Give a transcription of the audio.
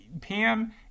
pam